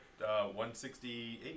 168